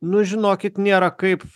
nu žinokit nėra kaip